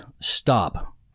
stop